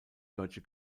deutsche